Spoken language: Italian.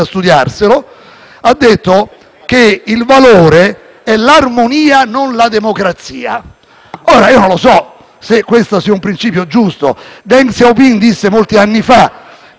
Ora non so se questo sia un principio giusto. Deng Xiaoping disse molti anni fa che la democrazia è una cosa troppo complicata per applicarla in Cina e che cinesi erano troppi per poter utilizzare la democrazia